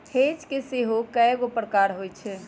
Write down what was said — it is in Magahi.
हेज के सेहो कएगो प्रकार होइ छै